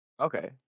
Okay